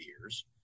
years